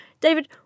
David